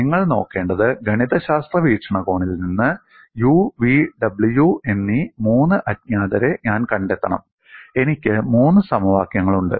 നിങ്ങൾ നോക്കേണ്ടത് ഗണിതശാസ്ത്ര വീക്ഷണകോണിൽ നിന്ന് u v w എന്നീ മൂന്ന് അജ്ഞാതരെ ഞാൻ കണ്ടെത്തണം എനിക്ക് മൂന്ന് സമവാക്യങ്ങളുണ്ട്